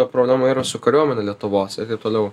ta problema yra su kariuomene lietuvos ir toliau